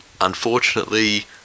unfortunately